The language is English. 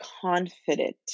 confident